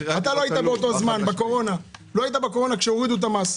היינו פה בקורונה, ואתה לא היית כשהורידו את המס.